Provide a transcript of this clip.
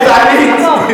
יא גזענית.